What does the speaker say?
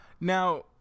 Now